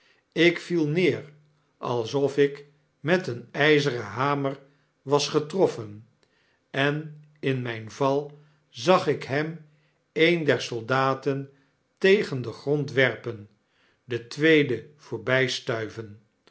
ik viel neer alsof ik met een yzeren hamer was getroffen en in myn val zag ik hem een der soldaten tegen den grond werpen den tweeden